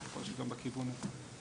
יכול להיות שגם בכיוון הזה כדאי.